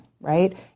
right